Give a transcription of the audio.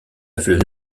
avait